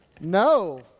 no